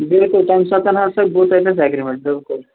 بالکُل تَمہِ ساتن ہسا گوٚو تَتٮ۪ن اگریمینٹ